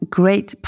great